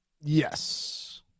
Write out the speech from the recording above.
Yes